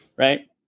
Right